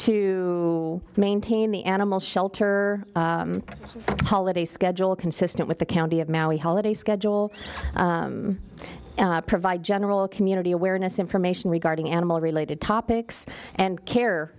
to maintain the animal shelter holiday schedule consistent with the county of maui holiday schedule provide general community awareness information regarding animal related topics and care